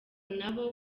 nabo